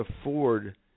afford